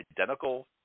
identical